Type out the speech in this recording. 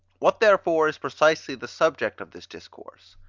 what therefore is precisely the subject of this discourse?